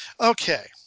Okay